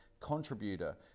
contributor